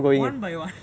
one by one